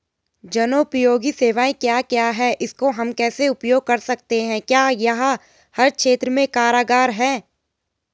जनोपयोगी सेवाएं क्या क्या हैं इसको हम कैसे उपयोग कर सकते हैं क्या यह हर क्षेत्र में कारगर है?